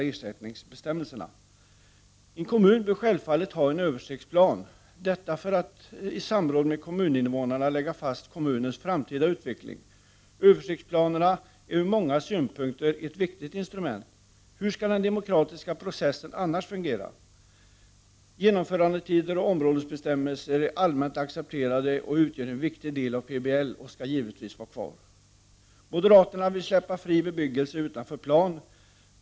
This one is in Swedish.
En kommun bör självfallet ha en översiktsplan, detta för att i samråd med kommuninvånarna lägga fast kommunens framtida utveckling. Översiktsplanen är ur många synpunkter ett viktigt instrument. Hur skall den demokratiska processen annars fungera? Genomförandetider och områdesbestämmelser är allmänt accepterade och utgör en viktig del av PBL och skall givetvis vara kvar. Moderaterna vill släppa bebyggelse utanför plan fri.